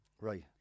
Right